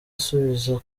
amusubiza